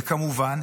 וכמובן,